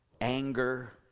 Anger